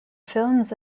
films